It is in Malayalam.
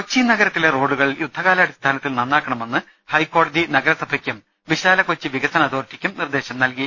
കൊച്ചി നഗരത്തിലെ റോഡുകൾ യുദ്ധകാലാടിസ്ഥാനത്തിൽ നന്നാ ക്കണമെന്ന് ഹൈക്കോടതി നഗരസഭയ്ക്കും വിശാല കൊച്ചി വികസന അതോറി റ്റിക്കും നിർദ്ദേശം നൽകി